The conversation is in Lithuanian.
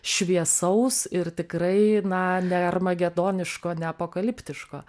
šviesaus ir tikrai na ne armagedoniško ne apokaliptiško